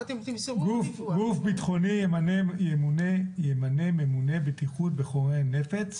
גוף ביטחוני ימנה ממונה בטיחות בחומרי נפץ,